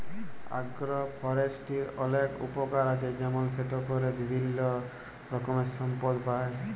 আগ্র ফরেষ্ট্রীর অলেক উপকার আছে যেমল সেটা ক্যরে বিভিল্য রকমের সম্পদ পাই